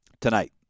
tonight